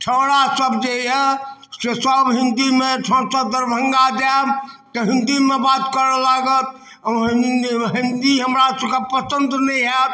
छोड़ा सब जेये से सब हिन्दीमे हमसब दरभंगा जायब तऽ हिन्दीमे बात करऽ लागत हिन्दी हमरा सबके पसन्द नहि होयत